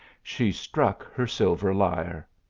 she struck her silver lyre.